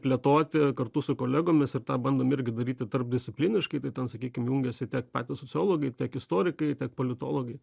plėtoti kartu su kolegomis ir tą bandom irgi daryti tarpdiscipliniškai tai ten sakykim jungiasi tiek patys sociologai tiek istorikai tiek politologai